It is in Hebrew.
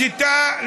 השיטה,